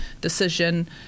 decision